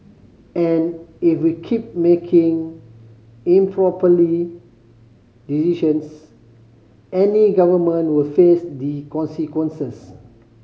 and if we keep making improperly decisions any government will face the consequences